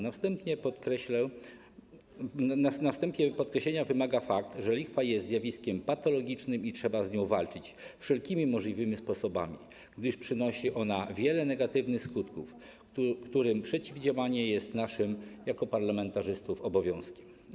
Na wstępie podkreślenia wymaga fakt, że lichwa jest zjawiskiem patologicznym i trzeba z nią walczyć wszelkimi możliwymi sposobami, gdyż przynosi ona wiele negatywnych skutków, którym przeciwdziałanie jest naszym, jako parlamentarzystów, obowiązkiem.